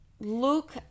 Look